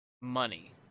money